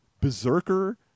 Berserker